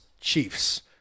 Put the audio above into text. Chiefs